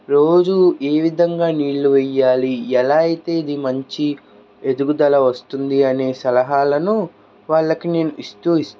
రోజు ఏ విధంగా నీళ్ళు వేయాలి ఎలా అయితే ఇది మంచి ఎదుగుదల వస్తుంది అనే సలహాలను వాళ్ళకు నేను ఇస్తూ